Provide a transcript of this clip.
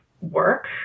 work